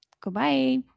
Goodbye